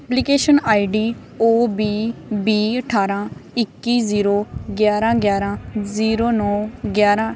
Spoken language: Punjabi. application I D O B ਵੀਹ ਅਠਾਰਾਂ ਇੱਕੀ ਜ਼ੀਰੋ ਗਿਆਰਾਂ ਗਿਆਰਾਂ ਜ਼ੀਰੋ ਨੌਂ ਗਿਆਰਾਂ